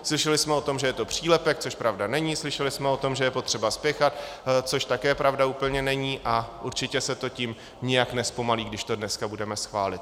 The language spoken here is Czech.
Slyšeli jsme o tom, že je to přílepek, což pravda není, slyšeli jsme o tom, že je potřeba spěchat, což také pravda úplně není, a určitě se to tím nijak nezpomalí, když to dneska budeme schválit.